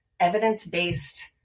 evidence-based